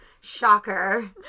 Shocker